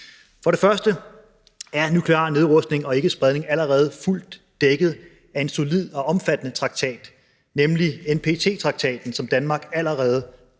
For det første er nuklar nedrustning og ikkespredning allerede fuldt dækket af en solid og omfattende traktat, nemlig NPT-traktaten, som Danmark allerede